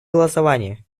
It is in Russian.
голосования